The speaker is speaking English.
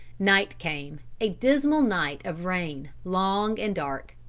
night came, a dismal night of rain, long and dark.